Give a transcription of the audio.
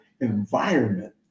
environment